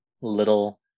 little